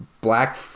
black